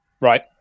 right